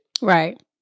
Right